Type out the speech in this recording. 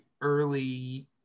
early